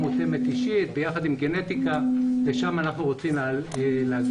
מותאמת אישית ביחד עם גנטיקה ולשם אנחנו רוצים להגיע.